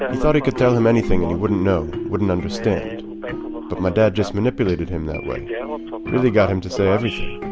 ah thought he could tell him anything and he wouldn't know, wouldn't understand. but my dad just manipulated him that way. yeah ah ah really got him to say everything